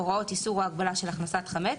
הוראות איסור או הגבלה של הכנסת חמץ).